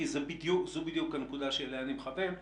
זו בדיוק הנקודה אליה אני מכוון.